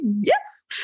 yes